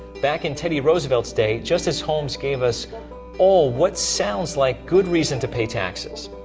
back in teddy roosevelt's day, justice holmes gave us all what sounds like good reason to pay taxes.